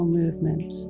movement